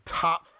top